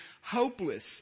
hopeless